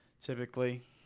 typically